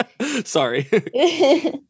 sorry